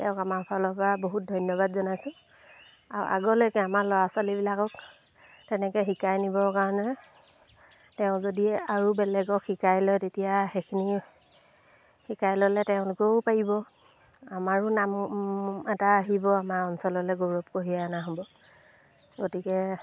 তেওঁক আমাৰ ফালৰপৰা বহুত ধন্যবাদ জনাইছোঁ আৰু আগলৈকে আমাৰ ল'ৰা ছোৱালীবিলাকক তেনেকৈ শিকাই নিবৰ কাৰণে তেওঁ যদি আৰু বেলেগক শিকাই লয় তেতিয়া সেইখিনি শিকাই ল'লে তেওঁলোকেও পাৰিব আমাৰো নাম এটা আহিব আমাৰ অঞ্চললে গৌৰৱ কঢ়িয়াই অনা হ'ব গতিকে